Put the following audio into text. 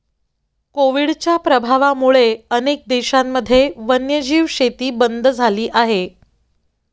कोविडच्या प्रभावामुळे अनेक देशांमध्ये वन्यजीव शेती बंद झाली आहे